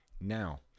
Now